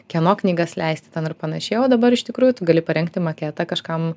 kieno knygas leisti ten ir panašiai o dabar iš tikrųjų tu gali parengti maketą kažkam